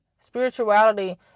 spirituality